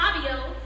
Fabio